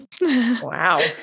wow